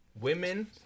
Women